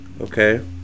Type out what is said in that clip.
okay